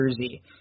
jersey